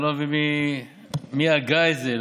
אני לא מבין מי הגה את זה,